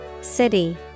City